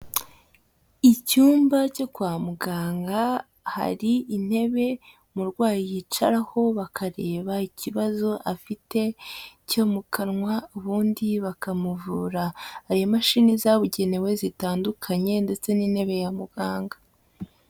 Icyumba cyo kwa muganga hari intebe umurwayi yicaraho bakareba ikibazo afite cyo mu kanwa ubundi bakamuvura, hari imashini zabugenewe zitandukanye ndetse n'intebe ya muganga.